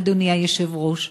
אדוני היושב-ראש,